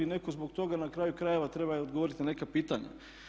Netko zbog toga na kraju krajeva treba i odgovorit na neka pitanja.